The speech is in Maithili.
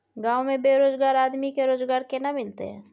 गांव में बेरोजगार आदमी के रोजगार केना मिलते?